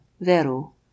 vero